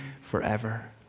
forever